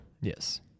Yes